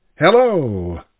Hello